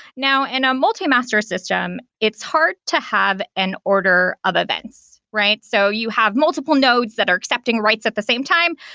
now, in a multi-master system, it's hard to have an order of events, right? so you have multiple nodes that are accepting writes at the same time.